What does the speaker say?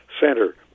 Center